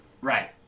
Right